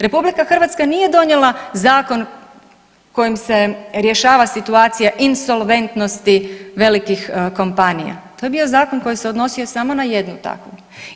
RH nije donijela zakon kojim se rješava situacija insolventnosti velikih kompanija, to je bio zakon koji se odnosio samo na jednu takvu.